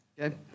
Okay